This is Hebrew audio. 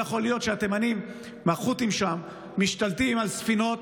לא יכול להיות שהתימנים והחות'ים שם משתלטים על ספינות,